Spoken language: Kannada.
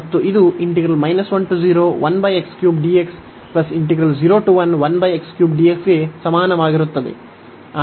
ಮತ್ತು ಇದು ಗೆ ಸಮಾನವಾಗಿರುತ್ತದೆ